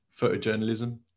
photojournalism